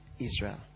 Israel